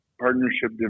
partnership